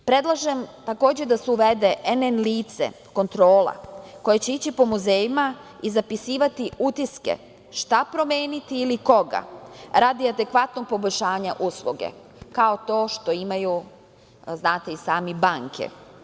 Predlažem, takođe da se uvede nn lice, kontrola, koja će ići po muzejima i zapisivati utiske šta promeniti ili koga radi adekvatnog poboljšanja usluge, kao to što imaju, znate i sami, banke.